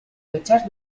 fechas